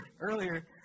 Earlier